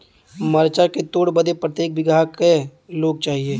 मरचा के तोड़ बदे प्रत्येक बिगहा क लोग चाहिए?